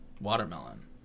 watermelon